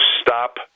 stop